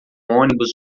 ônibus